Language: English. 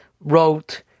wrote